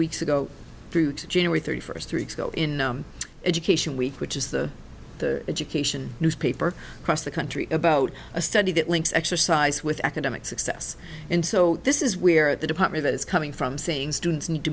weeks ago through january thirty first two weeks ago in education week which is the education newspaper across the country about a study that links exercise with academic success and so this is where the department is coming from saying students need to